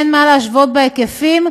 אין מה להשוות בהיקפים,